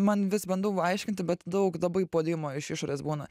man vis bandau aiškinti bet daug labai puolimo iš išorės būna